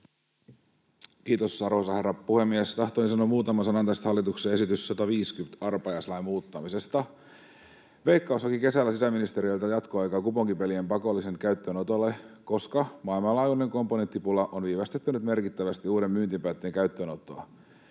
Kiitos, arvoisa herra puhemies! Tahtoisin sanoa muutaman sanan tästä hallituksen esityksestä 150, arpajaislain muuttamisesta. Veikkaus haki kesällä sisäministeriöltä jatkoaikaa kuponkipelien pakollisen tunnistautumisen käyttöönotolle, koska maailmanlaajuinen komponenttipula on viivästyttänyt merkittävästi uuden myyntipäätteen käyttöönottoa.